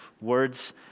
words